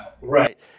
Right